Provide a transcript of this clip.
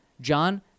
John